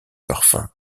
parfum